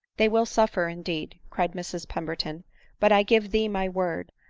they will suffer, indeed! cried mrs pemberton but i give thee my word,